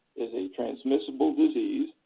is a transmissible disease.